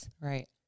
Right